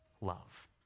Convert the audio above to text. love